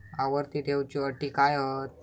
आवर्ती ठेव च्यो अटी काय हत?